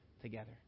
together